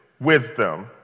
wisdom